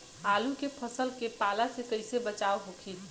आलू के फसल के पाला से कइसे बचाव होखि?